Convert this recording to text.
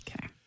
Okay